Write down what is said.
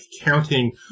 counting